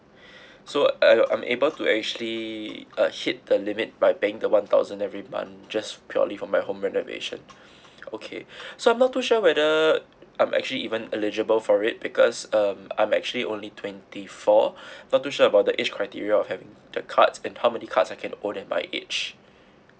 so I unable to actually uh hit the limit by paying the one thousand every month just purely from my home renovation okay so I'm not too sure whether I'm actually even eligible for it because um I'm actually only twenty four not too sure about the age criteria of having the cards and how many card I can own at my age